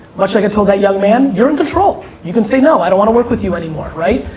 much like i told that young man, you're in control. you can say no, i don't wanna work with you anymore, right?